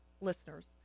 listeners